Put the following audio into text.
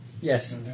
Yes